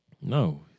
No